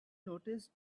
noticed